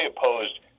opposed